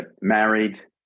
Married